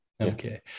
okay